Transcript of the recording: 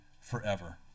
forever